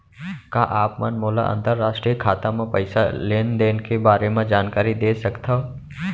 का आप मन मोला अंतरराष्ट्रीय खाता म पइसा लेन देन के बारे म जानकारी दे सकथव?